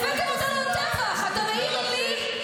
הבאתם אותנו לטבח, אתה מעיר לי?